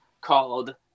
called